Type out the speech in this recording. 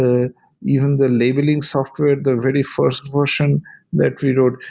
ah even the labeling software, the very first version that we wrote.